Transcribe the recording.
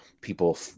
people